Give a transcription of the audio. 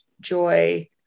joy